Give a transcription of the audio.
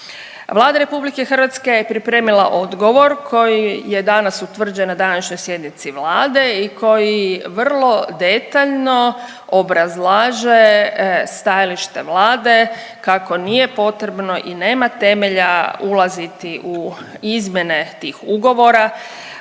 Vlada Republike Hrvatske je pripremila odgovor koji je danas utvrđen na današnjoj sjednici Vlade i koji vrlo detaljno obrazlaže stajalište Vlade kako nije potrebno i nema temelja ulaziti u izmjene tih ugovora